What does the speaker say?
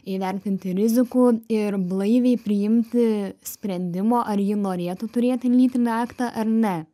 įvertinti rizikų ir blaiviai priimti sprendimo ar ji norėtų turėti lytinį aktą ar ne